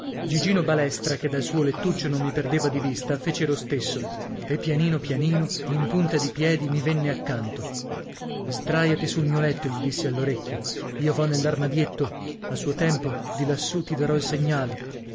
gigino balestra che dal suo lettuccio non mi perdeva di vista fece lo stesso e pianino pianino in punta di piedi mi venne accanto sdràiati sul mio letto gli dissi all'orecchio io vo nell'armadietto a suo tempo di lassù ti darò il segnale